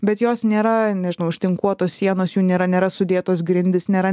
bet jos nėra nežinau ištinkuotos sienos jų nėra nėra sudėtos grindys nėra